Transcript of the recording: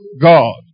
God